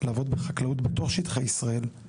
לעבוד בחקלאות בתוך שטחי ישראל,